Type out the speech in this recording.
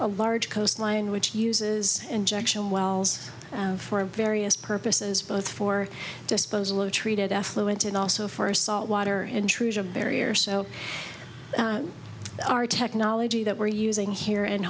a large coastline which uses injection wells for various purposes both for disposal are treated affluent and also for salt water intrusion barrier so our technology that we're using h